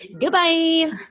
Goodbye